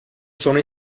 sono